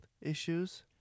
issues